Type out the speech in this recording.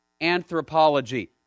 anthropology